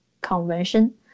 Convention